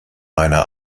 meine